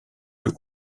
plus